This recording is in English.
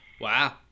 Wow